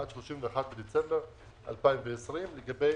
עד 31 בדצמבר 2020 לגבי